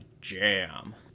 jam